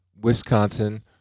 Wisconsin